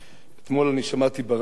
אתמול שמעתי ברדיו,